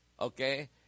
okay